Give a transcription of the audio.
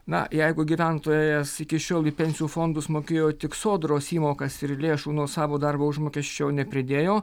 na jeigu gyventojas iki šiol į pensijų fondus mokėjo tik sodros įmokas ir lėšų nuo savo darbo užmokesčio nepridėjo